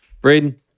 Braden